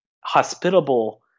hospitable